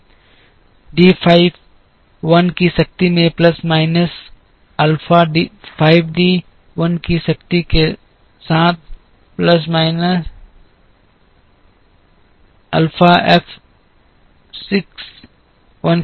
5 D 1 की शक्ति में प्लस माइनस अल्फा 5 डी 1 की शक्ति के साथ प्लस 1 माइनस अल्फा 6 एफ 1 की शक्ति